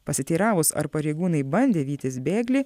pasiteiravus ar pareigūnai bandė vytis bėglį